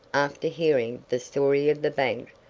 after hearing the story of the bank,